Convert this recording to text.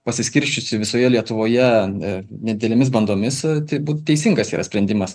pasiskirsčiusi visoje lietuvoje ne nedidelėmis bandomis tai būt teisingas yra sprendimas